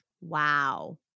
Wow